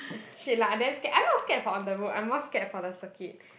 it's shit lah I damn scared I not scared for on the road I more scared for the circuit